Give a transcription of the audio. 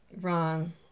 wrong